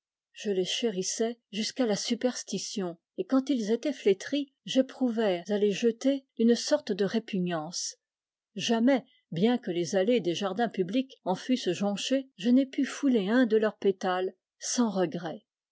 jâ les chérissais jusqu'à la superstition et quand ils étaient flétris j'éprouvais à les jeter une sorte de répugnance jamais bien que les allées des jardins publics en fussent jonchées je n'ai pu fouler un de leurs pétales sans regret